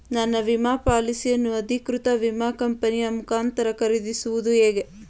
ನನ್ನ ವಿಮಾ ಪಾಲಿಸಿಯನ್ನು ಅಧಿಕೃತ ವಿಮಾ ಕಂಪನಿಯ ಮುಖಾಂತರ ಖರೀದಿಸುವುದು ಹೇಗೆ?